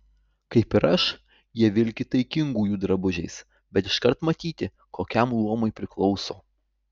kaip ir aš jie vilki taikingųjų drabužiais bet iškart matyti kokiam luomui priklauso